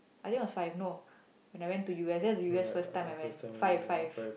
I think If I know when I went to u_s that's the u_s first time I went five five